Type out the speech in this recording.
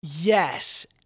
Yes